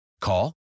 Call